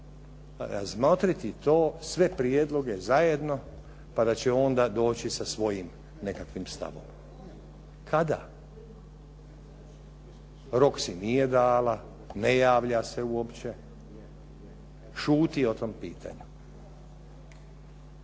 razmotriti to sve prijedloge zajedno pa da će onda doći sa svojim nekakvim stavom. Kada? Rok si nije dala, ne javlja se uopće, šuti o tom pitanju.